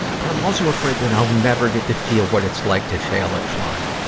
but i'm also afraid that i'll never get to feel what it's like to fail at flying.